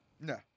no